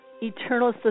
eternal